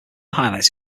highlights